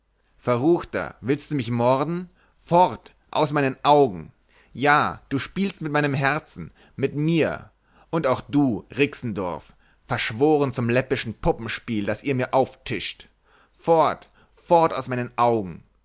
verruchter willst du mich morden fort aus meinen augen ja du spielst mit meinem herzen mit mir und auch du rixendorf verschworen zum läppischen puppenspiel das ihr mir auftischt fort fort aus meinen augen